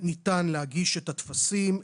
ניתן להגיש את הטפסים,